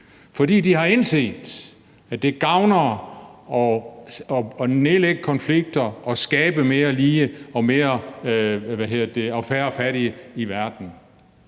Danskerne har indset, at det gavner at nedlægge konflikter og skabe mere lighed og færre fattige i verden.